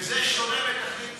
וזה שונה בתכלית, תחבורה ציבורית.